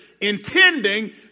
intending